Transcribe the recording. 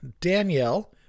Danielle